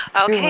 Okay